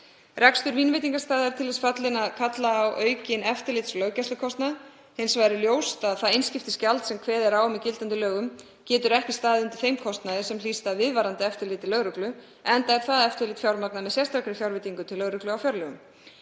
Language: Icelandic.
Rekstur vínveitingastaða er til þess fallinn að kalla á aukinn eftirlitslöggæslukostnað. Hins vegar er ljóst að það einskiptisgjald sem kveðið er á um í gildandi lögum getur ekki staðið undir þeim kostnaði sem hlýst af viðvarandi eftirliti lögreglu, enda er það eftirlit fjármagnað með sérstakri fjárveitingu til lögreglu af fjárlögum.